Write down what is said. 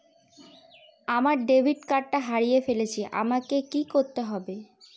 আমার ডেবিট কার্ডটা হারিয়ে ফেলেছি আমাকে কি করতে হবে?